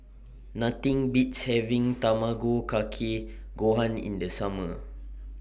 Nothing Beats having Tamago Kake Gohan in The Summer